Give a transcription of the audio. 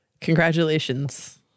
Congratulations